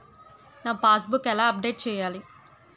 నా passbook ఎలా update చేయాలి?